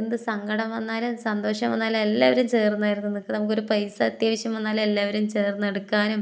എന്ത് സങ്കടം വന്നാലും സന്തോഷം വന്നാലും എല്ലാവരും ചേർന്നായിരുന്നു നിൽക്കുക നമുക്കൊരു പൈസ അത്യാവശ്യം വന്നാലും എല്ലാവരും ചേർന്നെടുക്കാനും